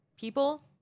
people